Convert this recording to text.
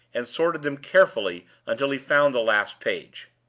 and sorted them carefully until he found the last page.